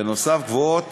בנוסף, קבועות